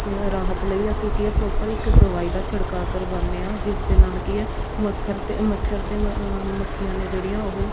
ਰਾਹਤ ਲਈ ਅਸੀਂ ਕੀ ਹੈ ਪਰੋਪਰ ਇੱਕ ਦਵਾਈ ਦਾ ਛਿੜਕਾਅ ਕਰਵਾਉਂਦੇ ਹਾਂ ਜਿਸ ਦੇ ਨਾਲ ਕੀ ਹੈ ਮੱਖਰ ਮੱਛਰ ਅਤੇ ਮੱਖੀਆਂ ਨੇ ਜਿਹੜੀਆਂ ਉਹ